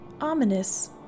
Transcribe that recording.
Ominous